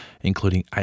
including